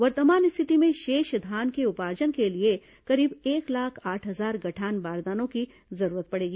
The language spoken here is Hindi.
वर्तमान स्थिति में शेष धान के उपार्जन के लिए करीब एक लाख आठ हजार गठान बारदानों की जरूरत पड़ेगी